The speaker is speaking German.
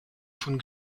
von